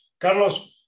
carlos